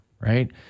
right